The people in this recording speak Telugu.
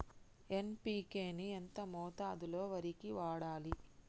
ఎన్.పి.కే ని ఎంత మోతాదులో వరికి వాడాలి?